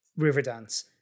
Riverdance